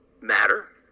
matter